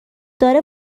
داره